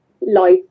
life